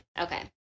Okay